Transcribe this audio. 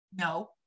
no